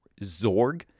Zorg